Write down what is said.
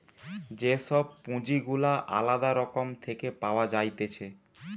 যে সব পুঁজি গুলা আলদা রকম থেকে পাওয়া যাইতেছে